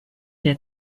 der